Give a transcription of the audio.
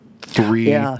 three